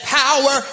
power